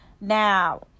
now